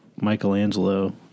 Michelangelo